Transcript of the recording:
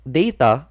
data